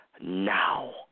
now